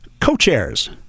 co-chairs